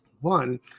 one